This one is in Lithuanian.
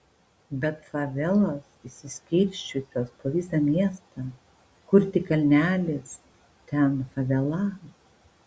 bet favelos išsiskirsčiusios po visą miestą kur tik kalnelis ten favela